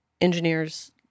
engineers